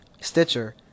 Stitcher